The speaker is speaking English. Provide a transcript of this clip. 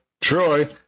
Troy